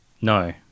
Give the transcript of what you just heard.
No